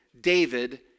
David